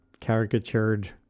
caricatured